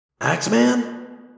Axeman